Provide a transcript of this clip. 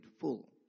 full